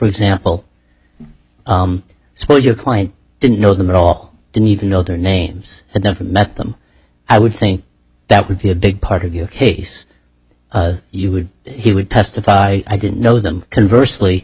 example suppose your client didn't know that all they need to know their names and never met them i would think that would be a big part of your case you would he would testify i didn't know them converse lee